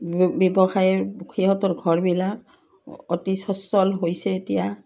ব্যৱসায়ৰ সিহঁতৰ ঘৰবিলাক অতি স্বচ্ছল হৈছে এতিয়া